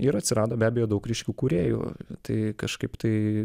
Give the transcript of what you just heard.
ir atsirado be abejo daug ryškių kūrėjų tai kažkaip tai